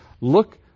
Look